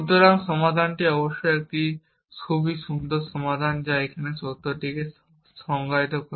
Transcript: সুতরাং এই সমাধানটি অবশ্যই একটি খুব সুন্দর সমাধান যা এই সত্যটিকে সংজ্ঞায়িত করে